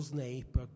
Snape